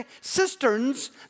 cisterns